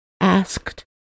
asked